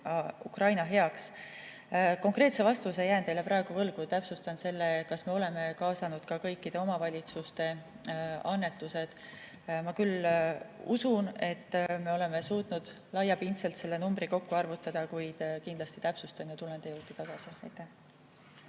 Ukraina abistamiseks. Konkreetse vastuse jään teile praegu võlgu ja täpsustan seda, kas me oleme kaasanud ka kõikide omavalitsuste annetused. Ma küll usun, et me oleme suutnud laiapindselt selle numbri kokku arvutada, kuid kindlasti täpsustan ja [annan